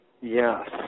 Yes